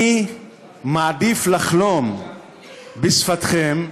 אני מעדיף לחלום בשפתכם,